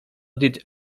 did